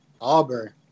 Auburn